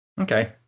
Okay